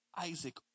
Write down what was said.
Isaac